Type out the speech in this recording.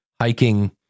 hiking